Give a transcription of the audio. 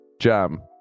jam